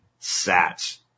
sats